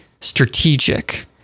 strategic